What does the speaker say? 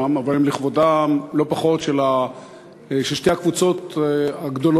אבל לא פחות הם לכבודן של שתי הקבוצות הגדולות